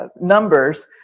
Numbers